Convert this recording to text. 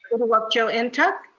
uduak-joe and ntuk?